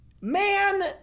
Man